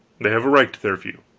they have a right to their view.